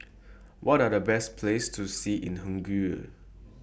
What Are The Best Places to See in Hungary